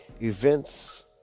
Events